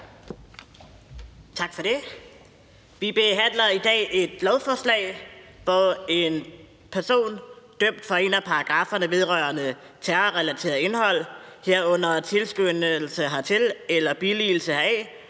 Tak for det. Vi behandler i dag et lovforslag om, at en person dømt efter en af paragrafferne vedrørende terror, herunder tilskyndelse hertil eller billigelse heraf,